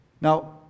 Now